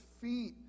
feet